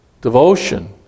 Devotion